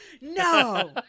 No